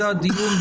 זה הדיון,